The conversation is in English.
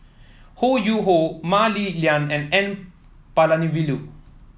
Ho Yuen Hoe Mah Li Lian and N Palanivelu